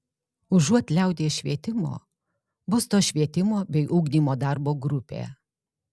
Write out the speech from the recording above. užuot liaudies švietimo bus to švietimo bei ugdymo darbo grupė